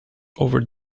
over